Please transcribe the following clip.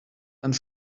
and